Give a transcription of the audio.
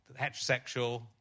heterosexual